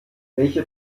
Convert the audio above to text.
welche